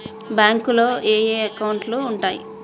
బ్యాంకులో ఏయే అకౌంట్లు ఉంటయ్?